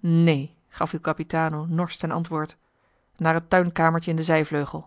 neen gaf il capitano norsch ten antwoord naar het tuinkamertje in den